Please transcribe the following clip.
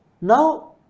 Now